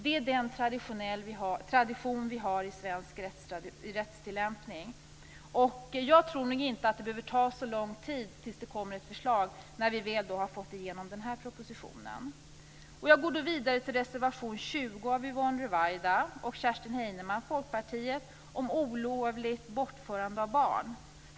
Det är den tradition vi har i svensk rättstillämpning. Jag tror inte att det behöver ta så lång tid innan det kommer ett förslag när vi väl fått igenom den här propositionen. Jag går då vidare till reservation 20 av Yvonne Ruwaida från Miljöpartiet och Kerstin Heinemann från Folkpartiet om olovligt bortförande av barn.